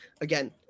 Again